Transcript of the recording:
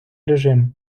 режим